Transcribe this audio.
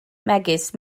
megis